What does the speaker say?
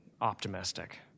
optimistic